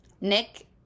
Nick